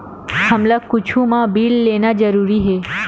हमला कुछु मा बिल लेना जरूरी हे?